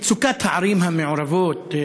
מצוקת הערים המעורבות,